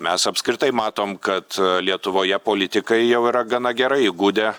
mes apskritai matom kad lietuvoje politikai jau yra gana gerai įgudę